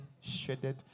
shredded